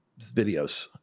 videos